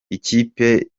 ikipe